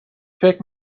فکر